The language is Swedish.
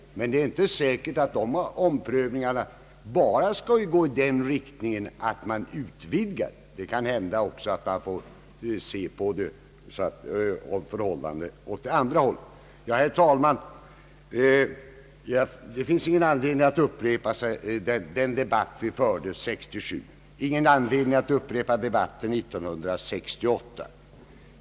Men det är inte säkert att dessa omprövningar bara skall gå i den riktningen att vi utvidgar rösträtten. Det kan också hända att man får göra ändringar åt det andra hållet. Herr talman! Det finns ingen anledning att upprepa den debatt vi förde 1967 och 1968.